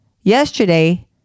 Yesterday